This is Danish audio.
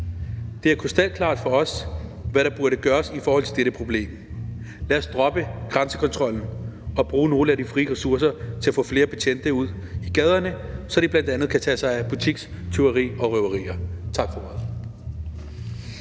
Det er krystalklart for os, hvad der burde gøres i forhold til dette problem: Lad os droppe grænsekontrollen og bruge nogle af de frie ressourcer til at få flere betjente ud i gaderne, så de bl.a. kan tage sig af butikstyverier og røverier. Tak for ordet.